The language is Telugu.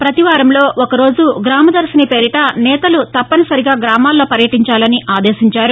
పతివారంలో ఒకరోజు గ్రామదర్శిని పేరిట నేతలు తప్పనిసరిగా గ్రామాల్లో పర్యటించాలని ఆదేశించారు